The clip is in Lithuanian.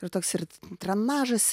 ir toks ir trenažas